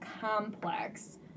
complex